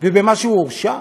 ובמה שהוא הורשע?